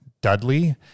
Dudley